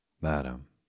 Madam